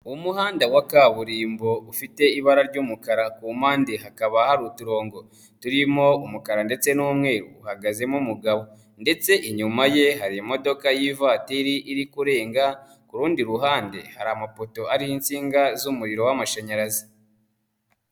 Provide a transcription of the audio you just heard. Umuhanda wa kaburimbo ufite ibara ry'umukara ku mpande hakaba hari uturongo turimo umukara ndetse n'umweru, uhagazemo umugabo ndetse inyuma ye hari imodoka y'ivatiri iri kurenga, ku rundi ruhande hari amapoto ari ho insinga z'umuriro w'amashanyarazi.